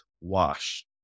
wash